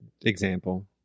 example